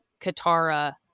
Katara